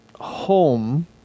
home